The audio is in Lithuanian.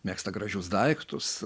mėgsta gražius daiktus